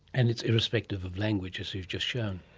and it's irrespective of language, as you've just shown.